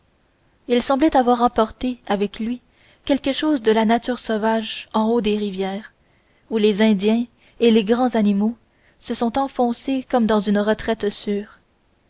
il semblait avoir rapporté avec lui quelque chose de la nature sauvage en haut des rivières où les indiens et les grands animaux se sont enfoncés comme dans une retraite sûre